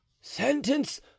Sentence